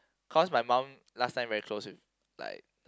cause my mom last time very close with like